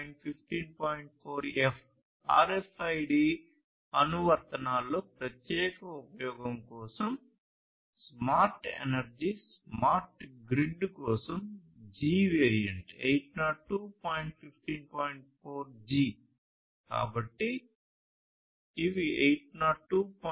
ఇ variant కాబట్టి ఇవి 802